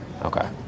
Okay